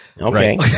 Okay